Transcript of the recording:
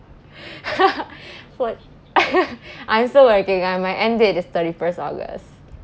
what I'm still working uh my end date is thirty first august